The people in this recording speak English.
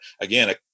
again